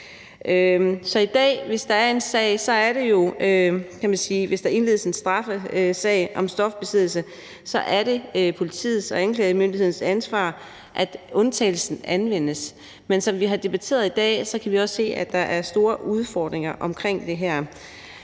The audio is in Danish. Hvis der i dag indledes en straffesag om stofbesiddelse, er det politiets og anklagemyndighedens ansvar, at undtagelsen anvendes. Men som vi har debatteret i dag, kan vi også se, at der er store udfordringer omkring det her.